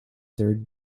third